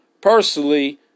personally